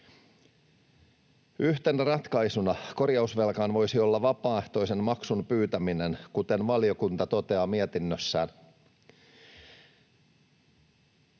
Yhtenä ratkaisuna korjausvelkaan voisi olla vapaaehtoisen maksun pyytäminen, kuten valiokunta toteaa mietinnössään.